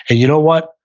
and you know what?